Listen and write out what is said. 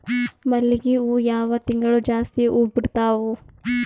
ಮಲ್ಲಿಗಿ ಹೂವು ಯಾವ ತಿಂಗಳು ಜಾಸ್ತಿ ಹೂವು ಬಿಡ್ತಾವು?